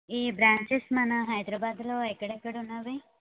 ఈ బ్రాంచెస్ మన హైదరాబాదులో ఎక్కడెక్కడ ఉన్నాయి